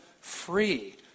free